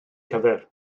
cyfer